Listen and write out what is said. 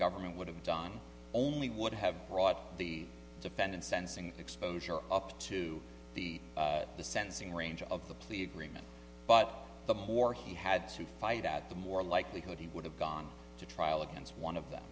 government would have done only would have brought the defendant sensing exposure up to the sentencing range of the plea agreement but the more he had to fight at the more likelihood he would have gone to trial against one of them